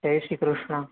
Jay Shri Krishna